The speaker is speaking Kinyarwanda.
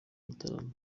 mutarama